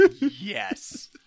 Yes